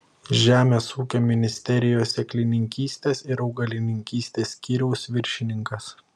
žemės ūkio ministerijos sėklininkystės ir augalininkystės skyriaus viršininkas